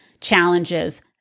challenges